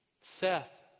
Seth